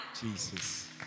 Jesus